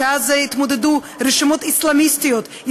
שאז התמודדו רשימות אסלאמיסטיות,